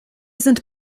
sind